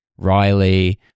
Riley